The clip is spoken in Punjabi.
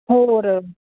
ਹੋਰ